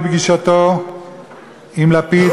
בפגישתו עם לפיד,